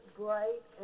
bright